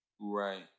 Right